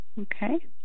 Okay